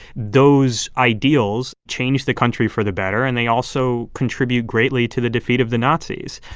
those ideals changed the country for the better, and they also contribute greatly to the defeat of the nazis.